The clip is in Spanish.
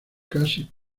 casi